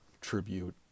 tribute